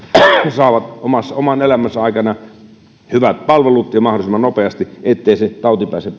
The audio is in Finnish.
saavat oman elämänsä aikana hyvät palvelut ja mahdollisimman nopeasti ettei se tauti pääse